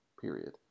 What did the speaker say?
period